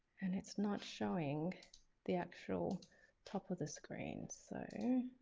and it's not showing the actual top of the screen. so